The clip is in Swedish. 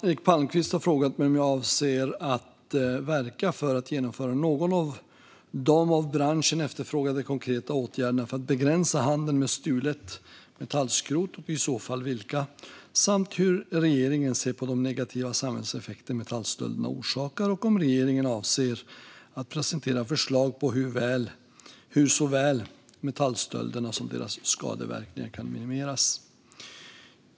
Eric Palmqvist har frågat mig om jag avser att verka för att genomföra någon av de av branschen efterfrågade konkreta åtgärderna för att begränsa handeln med stulet metallskrot och i så fall vilka samt hur regeringen ser på de negativa samhällseffekter metallstölderna orsakar och om regeringen avser att presentera förslag på hur såväl metallstölderna som deras skadeverkningar kan minimeras.